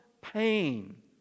pain